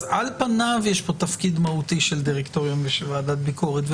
על פניו יש כאן תפקיד מהותי של דירקטוריון ושל ועדת ביקורת.